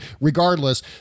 regardless